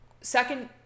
second